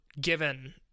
given